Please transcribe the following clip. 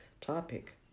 topic